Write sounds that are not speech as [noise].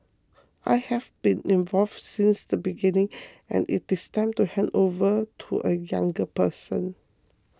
I have been involved since the beginning [noise] and it is time to hand over to a younger person